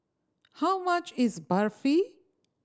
how much is Barfi